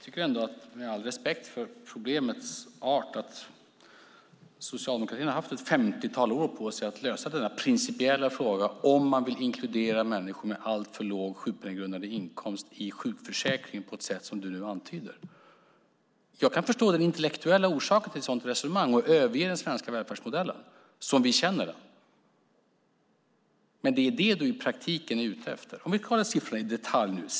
Fru talman! Med all respekt för problemets art vill jag säga att socialdemokratin har haft ett femtiotal år på sig att lösa den principiella frågan om man vill inkludera människor med alltför låg sjukpenninggrundande inkomst i sjukförsäkringen på ett sätt som Teres Lindberg nu antyder. Jag kan förstå den intellektuella orsaken till ett sådant resonemang och överge den svenska välfärdsmodellen, såsom vi känner den, för det är vad Teres Lindberg i praktiken är ute efter. Låt oss kolla siffrorna i detalj.